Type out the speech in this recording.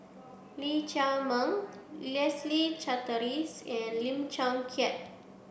Lee Chiaw Meng Leslie Charteris and Lim Chong Keat